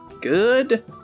good